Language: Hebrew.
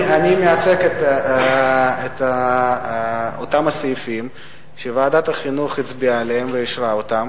אני מציג את אותם סעיפים שוועדת החינוך הצביעה עליהם ואישרה אותם.